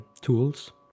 tools